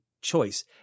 choice